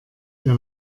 ihr